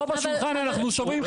פה בשולחן אנחנו שומעים,